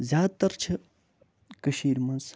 زیادٕ تر چھِ کٔشیٖرِ منٛز